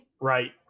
Right